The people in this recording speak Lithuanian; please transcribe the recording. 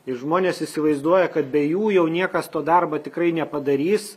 ir žmonės įsivaizduoja kad be jų jau niekas to darbo tikrai nepadarys